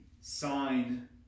sign